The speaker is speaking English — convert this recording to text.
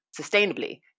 sustainably